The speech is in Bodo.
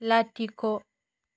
लाथिख'